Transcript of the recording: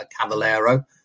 Cavalero